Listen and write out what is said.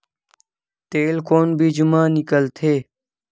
तेल कोन बीज मा निकलथे?